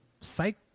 psych